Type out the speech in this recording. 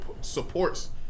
supports